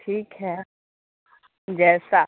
ٹھیک ہے جیسا